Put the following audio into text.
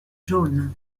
jaunes